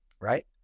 right